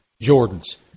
Jordan's